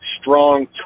strong